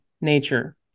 nature